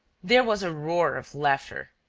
there was a roar of laughter.